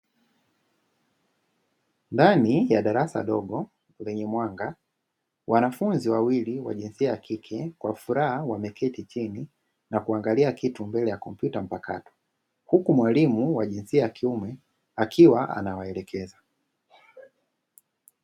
Ndani ya darasa dogo lenye mwanga, wanafunzi wawili wa jinsia ya kike kwa furaha wameketi chini na kuangalia kitu mbele ya komputa mpakato huku mwalimu wa jinsia ya kiume akiwa anawaelekeza.